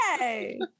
Yay